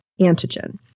antigen